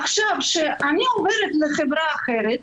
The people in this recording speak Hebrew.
כשאני עוברת לחברה אחרת,